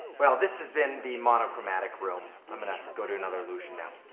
well, this has been the monochromatic room i'm gonna go to another illusion now.